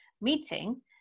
meeting